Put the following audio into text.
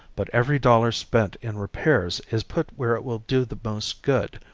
but every dollar spent in repairs is put where it will do the most good.